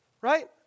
Right